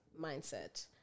mindset